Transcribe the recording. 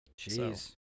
jeez